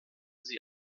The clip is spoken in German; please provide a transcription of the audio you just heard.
sie